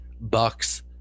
Bucks